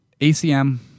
ACM